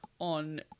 on